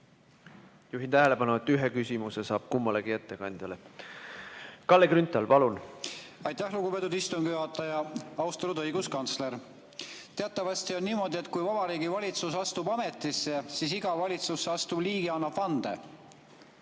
Juhin tähelepanu, et ühe küsimuse saab esitada kummalegi ettekandjale. Kalle Grünthal, palun! Aitäh, lugupeetud istungi juhataja! Austatud õiguskantsler! Teatavasti on niimoodi, et kui Vabariigi Valitsus astub ametisse, siis iga valitsusse astuv liige annab vande.